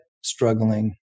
struggling